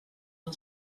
del